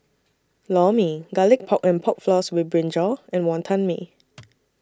Lor Mee Garlic Pork and Pork Floss with Brinjal and Wonton Mee